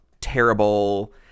terrible